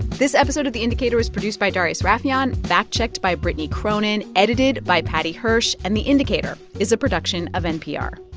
this episode of the indicator was produced by darius rafieyan, fact-checked by brittany cronin, edited by paddy hirsch. and the indicator is a production of npr